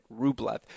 Rublev